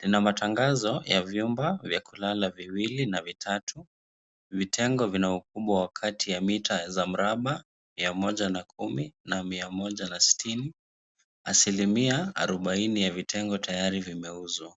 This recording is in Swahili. Ina matangazo ya vyumba vya kulala viwili na vitatu. Vitengo vina ukubwa wa kati ya mita za mraba mia moja na kumi na mia moja na sitini. Asilimia arobaini ya vitengo tayari vimeuzwa.